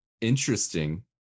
Interesting